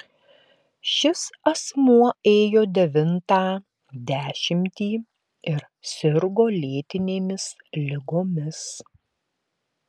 šis asmuo ėjo devintą dešimtį ir sirgo lėtinėmis ligomis